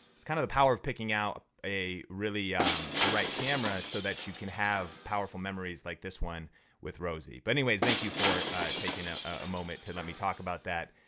it's kind of the power of picking out really the right camera so that you can have powerful memories like this one with rosie. but anyways thank you for taking a moment to let me talk about that,